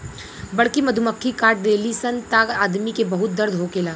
बड़की मधुमक्खी काट देली सन त आदमी के बहुत दर्द होखेला